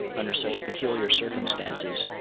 under such peculiar circumstances,